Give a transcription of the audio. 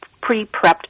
pre-prepped